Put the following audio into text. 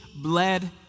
bled